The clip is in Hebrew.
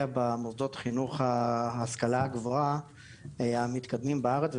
במוסדות החינוך של ההשכלה הגבוהה המתקדמים בארץ.